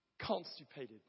constipated